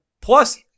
plus